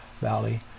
Valley